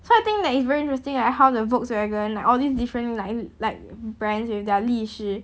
so I think that it's very interesting like how the Volkswagen like all these different like like brands with their 历史